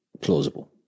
plausible